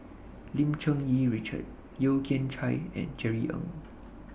Lim Cherng Yih Richard Yeo Kian Chye and Jerry Ng